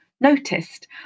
noticed